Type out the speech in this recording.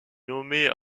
nommée